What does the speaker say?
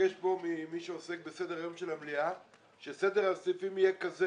ולבקש ממי שעוסק בסדר היום של המליאה שסדר הסעיפים יהיה כזה